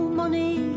money